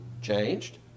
Changed